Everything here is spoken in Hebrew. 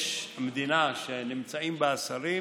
יש מדינה שנמצאים בה השרים,